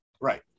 Right